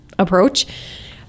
approach